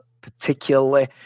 particularly